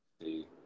See